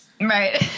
Right